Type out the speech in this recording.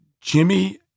Jimmy